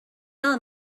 all